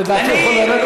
לדעתי הוא יכול לרדת,